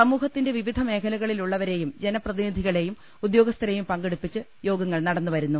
സമൂഹ ത്തിന്റെ വിവിധ മേഖലകളിലുള്ളവരെയും ജനപ്രതിനിധിക ളെയും ഉദ്യോഗസ്ഥരെയും പങ്കെടുപ്പിച്ച് യോഗങ്ങൾ നടന്നു വരുന്നു